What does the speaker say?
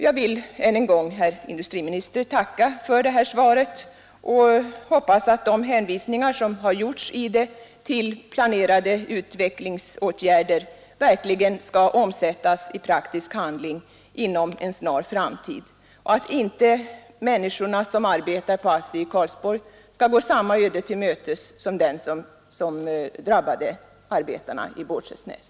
Jag vill än en gång, herr industriminister, tacka för svaret. Jag hoppas att de hänvisningar som har gjorts till planerade utvecklingsåtgärder verkligen skall omsättas i praktisk handling inom en snar framtid, så att inte människorna som arbetar på ASSI och Karlsborg skall gå samma öde till mötes som det som drabbade arbetarna i Båtskärsnäs.